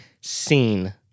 seen